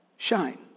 Shine